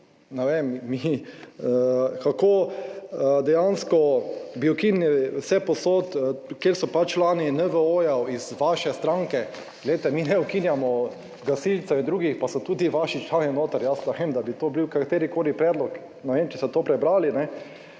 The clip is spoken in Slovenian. ne vem, kako dejansko bi ukinili vsepovsod, kjer so pač člani NVO iz vaše stranke, glejte, mi ne ukinjamo gasilcev in drugih, pa so tudi vaši člani noter. Jaz ne vem, da bi to bil katerikoli predlog, ne vem, če ste to prebrali.